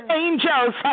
angels